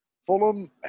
Fulham